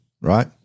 right